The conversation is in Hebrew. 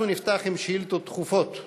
אנחנו נפתח בשאילתות דחופות.